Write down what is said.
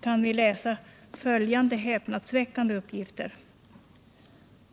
kan vi läsa följande häpnadsväckande uppgifter.